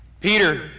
Peter